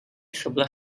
sebelah